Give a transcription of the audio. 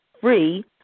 free